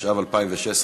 התשע"ו 2016,